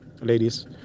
ladies